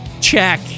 Check